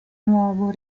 nuovo